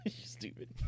Stupid